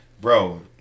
bro